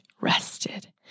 rested